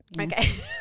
Okay